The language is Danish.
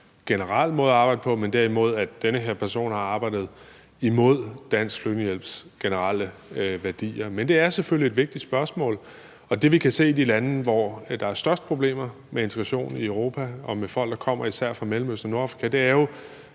en generel måde at arbejde på, men derimod, at den her person har arbejdet imod Dansk Flygtningehjælps generelle værdier. Men det er selvfølgelig et vigtigt spørgsmål. Det, vi kan se i de lande i Europa, hvor der er størst problemer med integration og folk, der kommer fra især Mellemøsten og Nordafrika, er jo,